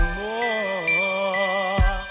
more